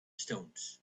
stones